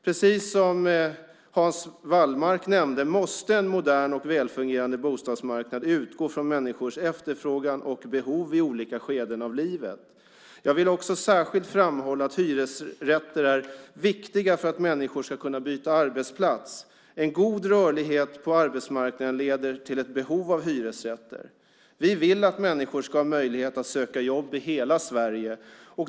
Precis som Hans Wallmark nämnde måste en modern och välfungerande bostadsmarknad utgå från människors efterfrågan och behov i olika skeden av livet. Jag vill särskilt framhålla att hyresrätter är viktiga för att människor ska kunna byta arbetsplats. En god rörlighet på arbetsmarknaden leder till ett behov av hyresrätter. Vi vill att människor ska ha möjlighet att söka jobb i hela Sverige.